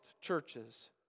churches